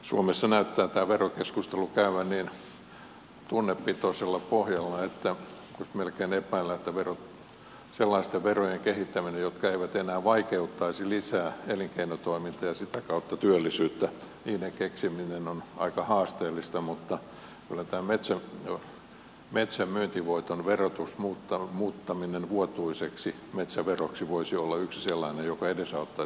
suomessa näyttää tämä verokeskustelu käyvän niin tunnepitoisella pohjalla että nyt melkein epäilen että sellaisten verojen jotka eivät enää vaikeuttaisi lisää elinkeinotoimintaa ja sitä kautta työllisyyttä keksiminen on aika haasteellista mutta kyllä tämä metsän myyntivoiton verotuksen muuttaminen vuotuiseksi metsäveroksi voisi olla yksi sellainen joka edesauttaisi suomalaista elinkeinoelämää